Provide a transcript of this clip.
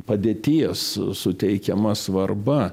padėties suteikiama svarba